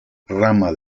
rama